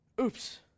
Oops